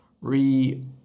re